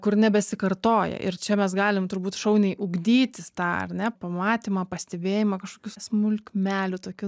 kur nebesikartoja ir čia mes galim turbūt šauniai ugdytis tą ar ne pamatymą pastebėjimą kažkokių smulkmelių tokių